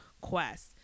quest